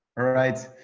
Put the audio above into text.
all right.